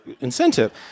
incentive